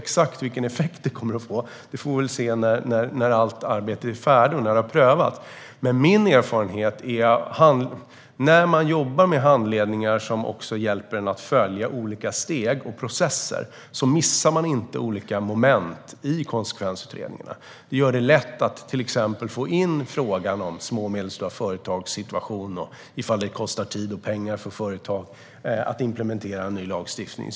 Exakt vilken effekt den kommer att få får vi väl se när allt arbete är färdigt och den har prövats. Men min erfarenhet är att när man jobbar med handledningar som också hjälper en att följa olika steg och processer så missar man inte olika moment i konsekvensutredningarna. Det gör det lätt att till exempel få in frågan om små och medelstora företags situation och om det kostar tid och pengar för företag att implementera ny lagstiftning.